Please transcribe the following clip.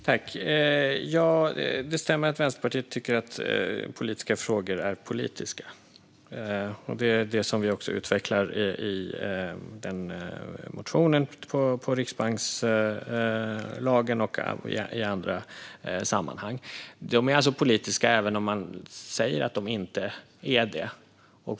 Herr talman! Det stämmer att Vänsterpartiet tycker att politiska frågor är politiska. Det är också det vi utvecklar i motionen om riksbankslagen och i andra sammanhang. Frågorna är politiska även om man säger att de inte är det.